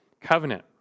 covenant